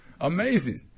amazing